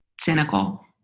cynical